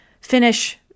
finish